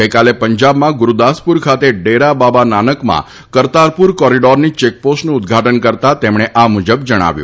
ગઈકાલે પંજાબમાં ગુરૂદાસપુર ખાતે ડેરાબાબા નાનકમાં કરતારપુર કોરીડોરની ચેકપોસ્ટનું ઉદ્દઘાટન કરતાં તેમણે આ મુજબ જણાવ્યું